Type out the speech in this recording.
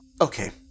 Okay